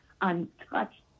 untouched